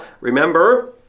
Remember